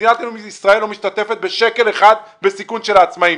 מדינת ישראל לא משתתפת בשקל אחד בסיכון של העצמאים.